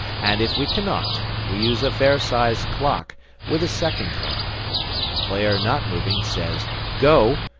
and if we cannot, we use a fair-sized clock with a second-hand the player not moving says go,